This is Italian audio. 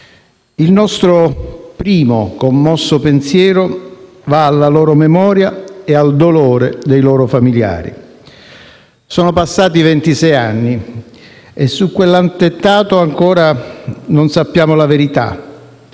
Il nostro primo commosso pensiero va alla loro memoria e al dolore dei loro familiari. Sono passati ventisei anni e su quell'attentato ancora non sappiamo la verità,